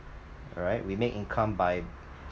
alright we make income by